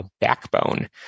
backbone